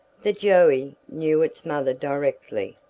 the joey knew its mother directly,